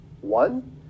One